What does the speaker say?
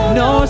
no